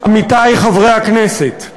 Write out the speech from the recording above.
עמיתי חברי הכנסת,